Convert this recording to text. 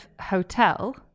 hotel